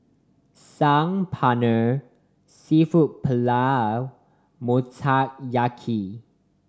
Saag Paneer Seafood Paella Motoyaki